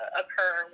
occur